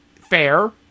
fair